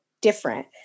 different